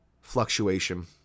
fluctuation